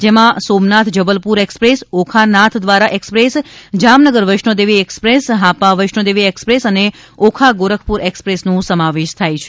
તેમાં Somnath Jabalpur express Okha Nathdwara express Jamnagar Vaishno Devi express Hapa Vaishno Devi express અને ઓખા ગોરખપુર એક્સપ્રેસનો સમાવેશ થાય છે